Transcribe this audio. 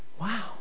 Wow